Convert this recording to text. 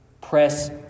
Press